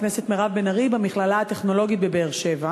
הכנסת מירב בן ארי במכללה הטכנולוגית בבאר-שבע,